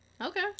Okay